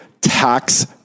tax